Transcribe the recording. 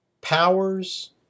Powers